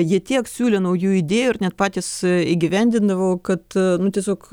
jie tiek siūlė naujų idėjų ir net patys įgyvendindavo kad nu tiesiog